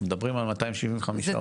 אנחנו מדברים על 275 עולים.